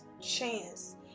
chance